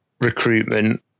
recruitment